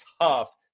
tough